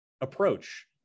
approach